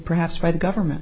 perhaps by the government